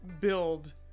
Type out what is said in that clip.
build